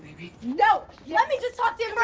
no! let me just talk to